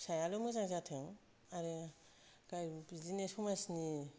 फिसायाल' मोजां जाथों आरो गाव बिदिनो समाजनि